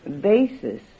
basis